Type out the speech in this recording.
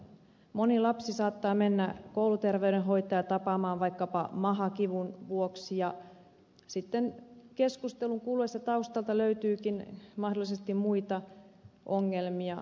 moni lapsi saattaa mennä kouluterveydenhoitajaa tapaamaan vaikkapa mahakivun vuoksi ja sitten keskustelun kuluessa taustalta löytyykin mahdollisesti muita ongelmia